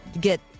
get